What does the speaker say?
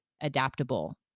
adaptable